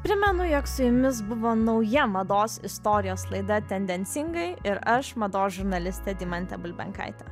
primenu jog su jumis buvo nauja mados istorijos laida tendencingai ir aš mados žurnalistė deimantė bulbenkaitė